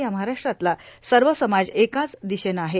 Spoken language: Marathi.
या महाराष्ट्रातला सर्व समाज एका दिशेनं आहे